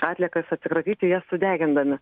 atliekas atsikratyti jas sudegindami